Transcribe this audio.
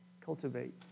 Cultivate